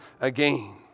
again